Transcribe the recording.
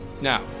Now